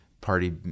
Party